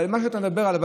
אבל מה שאתה מדבר עליו,